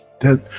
then,